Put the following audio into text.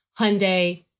Hyundai